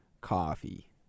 Coffee